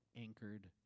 anchored